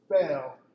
fail